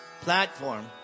Platform